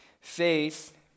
Faith